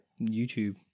YouTube